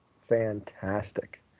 fantastic